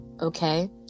okay